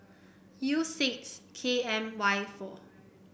U six K M Y four